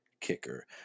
kicker